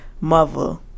mother